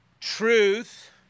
truth